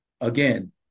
Again